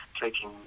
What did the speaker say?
Taking